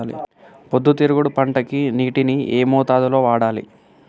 పొద్దుతిరుగుడు పంటకి నీటిని ఏ మోతాదు లో వాడాలి?